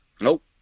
Nope